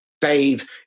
Dave